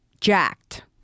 Jacked